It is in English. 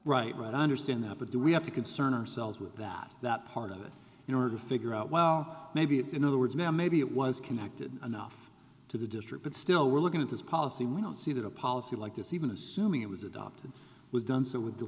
right right i understand that but do we have to concern ourselves with that that part of it in order to figure out well maybe it's in other words now maybe it was connected enough to the district but still we're looking at this policy we don't see that a policy like this even assuming it was adopted was done so with